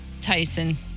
Tyson